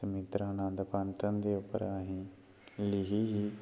सुमित्रानंद पंत होंदे उप्पर अहें लिखी ही